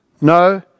No